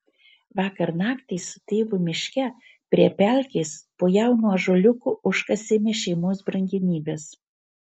vakar naktį su tėvu miške prie pelkės po jaunu ąžuoliuku užkasėme šeimos brangenybes